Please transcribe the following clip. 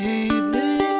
evening